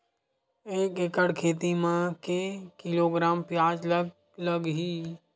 एक एकड़ खेती म के किलोग्राम प्याज लग ही?